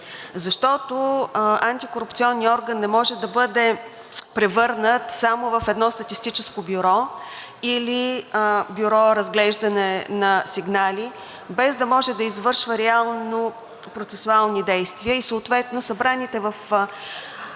защото антикорупционният орган не може да бъде превърнат само в едно статистическо бюро или бюро за разглеждане на сигнали, без да може да извършва реално процесуални действия и съответно събраните с